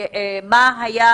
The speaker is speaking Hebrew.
מה היה